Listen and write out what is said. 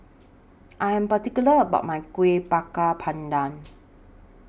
I Am particular about My Kueh Bakar Pandan